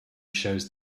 shows